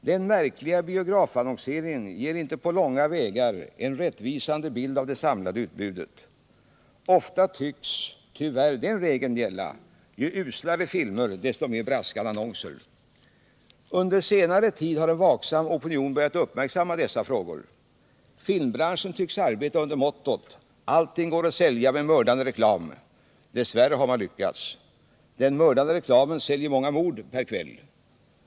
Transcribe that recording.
Den märkliga biografannonseringen ger inte på långa vägar en rättvisande bild av det samlade utbudet. Ofta tycks tyvärr den regeln gälla: ju uslare filmer desto mer braskande annonser. Under senare tid har en vaksam opinion börjat uppmärksamma dessa frågor. Filmbranschen tycks arbeta under mottot: allting går att sälja med mördande reklam. Dess värre har man lyckats. Den mördande reklamen säljer många mord per kväll.